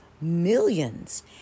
Millions